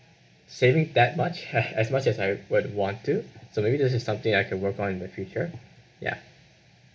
saving that much as much as I would want to so maybe this is something I can work on in the future ya